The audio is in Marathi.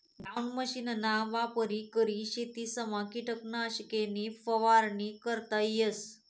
ग्राउंड मशीनना वापर करी शेतसमा किटकनाशके नी फवारणी करता येस